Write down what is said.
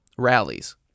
Rallies